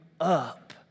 up